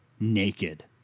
naked